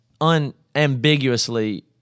unambiguously